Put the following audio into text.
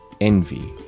envy